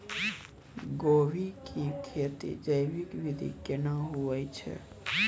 गोभी की खेती जैविक विधि केना हुए छ?